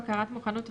בקרת מוכנות,